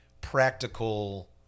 practical